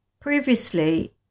Previously